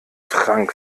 trank